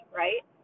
right